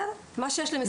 בסדר, מה שיש למשרד החינוך.